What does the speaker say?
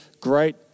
great